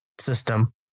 system